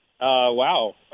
Wow